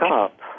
up